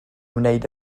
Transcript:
wneud